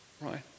right